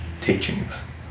teachings